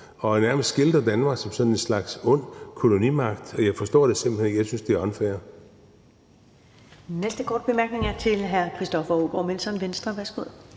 nærmest Danmark som sådan en slags ond kolonimagt. Og jeg forstår det simpelt hen ikke; jeg synes, det er unfair.